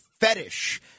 fetish –